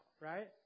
right